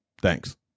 thanks